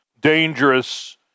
dangerous